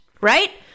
right